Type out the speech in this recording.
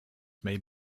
may